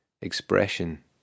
expression